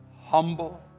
humble